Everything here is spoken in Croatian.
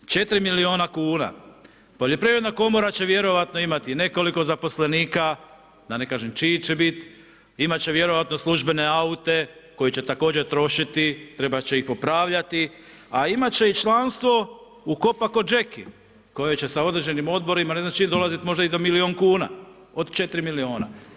4 milijuna kuna, Poljoprivredna komora će vjerojatno imati nekoliko zaposlenika, da ne kažem čiji će biti, imat će vjerojatno službene aute koji će također trošiti, trebat će ih popravljati, a imat će i članstvo u COPA COGECA-i koje će sa određenim odborima … možda i do milijun kuna od 4 milijuna.